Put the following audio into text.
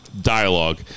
dialogue